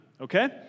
Okay